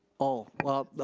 oh well,